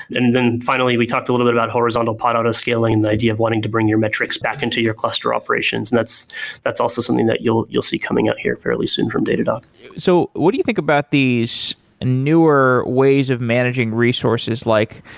and then finally we talked a little bit about horizontal pod auto scaling and the idea of wanting to bring your metrics back into your cluster operations, and that's also something that you'll you'll see coming out here fairly soon from datadog so what do you think about these newer ways of managing resources like?